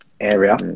area